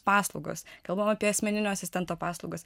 paslaugos kalbam apie asmeninio asistento paslaugas